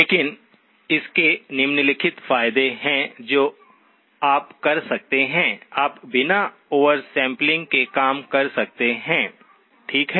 लेकिन इसके निम्नलिखित फायदे हैं जो आप कर सकते हैं आप बिना ओवरसैंपलिंग के काम कर सकते हैं ठीक है